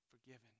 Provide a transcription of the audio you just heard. forgiven